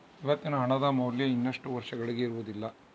ಇವತ್ತಿನ ಹಣದ ಮೌಲ್ಯ ಇನ್ನಷ್ಟು ವರ್ಷಗಳಿಗೆ ಇರುವುದಿಲ್ಲ